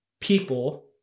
people